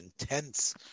intense